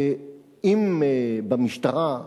אם במשטרה,